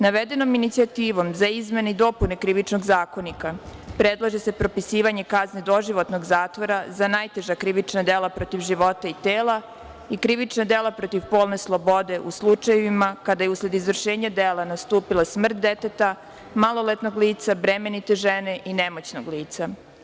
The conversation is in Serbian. Navedenom inicijativom za izmene i dopune Krivičnog zakonika predlaže se propisivanje kazne doživotnog zatvora za najteža krivična dela protiv života i dela, krivična dela protiv polne slobode u slučajevima kada je usled izvršenje dela nastupila smrt deteta, maloletnog lica, bremenite žene i nemoćnog lica.